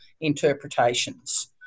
interpretations